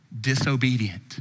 disobedient